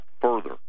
further